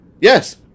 Yes